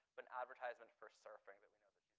but an advertisement for surfing that we know but